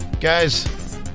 guys